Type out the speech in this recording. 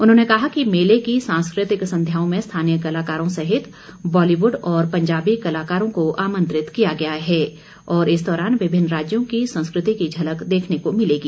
उन्होंने कहा कि मेले की सांस्कृतिक संध्याओं में स्थानीय कलाकारों सहित बॉलीवुड और पंजाबी कलाकारों को आमंत्रित किया गया है और इस दौरान विभिन्न राज्यों की संस्कृति की झलक देखने को मिलेगी